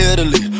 Italy